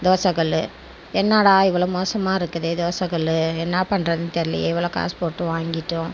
தோசை கல்லு என்னாடா இவ்வளோ மோசமாக இருக்குதே தோசை கல்லு என்ன பண்ணுறதுன்னு தெரியலயே இவ்வளோ காசு போட்டு வாங்கிட்டோம்